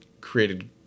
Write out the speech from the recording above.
created